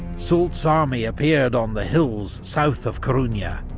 soult's army appeared on the hills south of coruna,